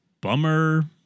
bummer